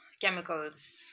chemicals